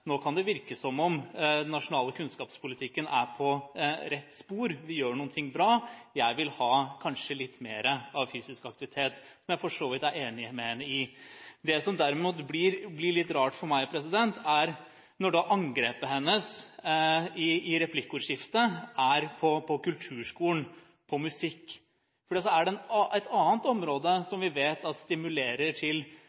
nå kan det virke som om den nasjonale kunnskapspolitikken er på rett spor, vi gjør noen ting bra, jeg vil ha, kanskje, litt mer fysisk aktivitet – noe jeg for så vidt er enig med henne i. Det som derimot blir litt rart for meg, er når angrepet hennes i replikkordskiftet rettes mot kulturskolen, mot musikk, for er det et annet område